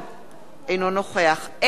אינו נוכח אליהו ישי,